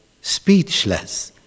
speechless